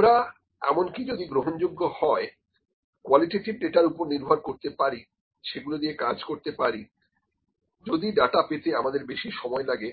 আমরা এমনকি যদি গ্রহণযোগ্য হয় কোয়ালিটেটিভ ডাটার উপর নির্ভর করতে পারি সেগুলো দিয়ে কাজ করতে পারি যদি ডাটা পেতে আমাদের বেশি সময় লাগে